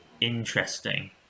Interesting